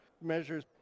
measures